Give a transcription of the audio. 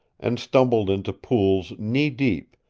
and stumbled into pools knee-deep,